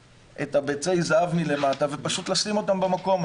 ביצי הזהב מלמטה ופשוט לשים אותן במקום.